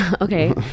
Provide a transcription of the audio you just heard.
okay